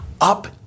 Up